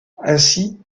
ainsi